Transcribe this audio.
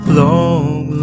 long